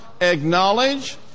acknowledge